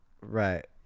Right